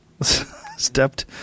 stepped